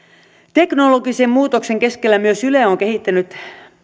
teknologisen muutoksen keskellä myös yle on kehittänyt